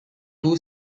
two